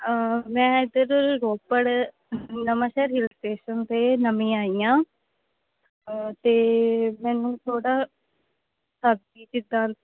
ਮੈਂ ਇੱਧਰ Ropar Nawanshahr hill station 'ਤੇ ਨਵੀਂ ਆਈ ਹਾਂ ਅਤੇ ਮੈਨੂੰ ਥੋੜ੍ਹਾ ਸਬਜ਼ੀ ਕਿੱਦਾਂ